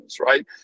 right